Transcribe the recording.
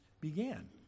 began